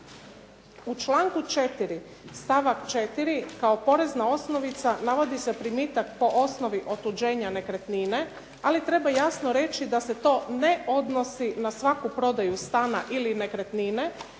U članku 4. stavak 4. kao porezna osnovica navodi se primitak po osnovi otuđenja nekretnine, ali treba jasno reći da se to ne odnosi na svaku prodaju stana ili nekretnine,